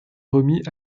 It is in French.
remis